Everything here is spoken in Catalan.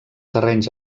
terrenys